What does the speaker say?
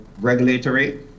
regulatory